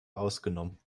ausgenommen